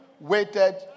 waited